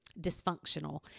Dysfunctional